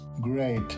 Great